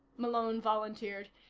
malone volunteered,